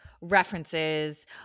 references